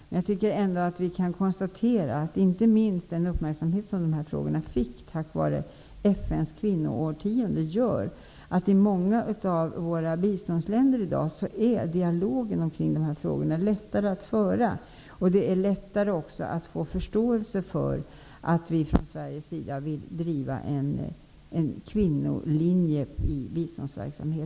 Men jag tycker ändå att vi kan konstatera att inte minst den uppmärksamhet som de här frågorna fick tack vare FN:s kvinnoårtionde gör att dialogen omkring dem i dag är lättare att föra i många av våra biståndsländer. Det är även lättare att få förståelse för att vi från Sveriges sida vill driva en kvinnolinje i biståndsverksamheten.